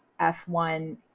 F1